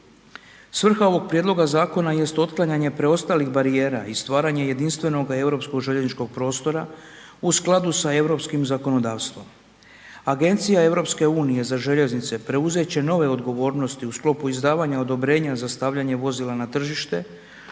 Svrha ovog prijedloga zakona jest otklanjanje preostalih barijera i stvaranje jedinstvenoga europskog željezničkog prostora u skladu sa europskim zakonodavstvom. Agencija EU za željeznice preuzet će nove odgovornosti u sklopu izdavanja odobrenja za stavljanje vozila na tržište,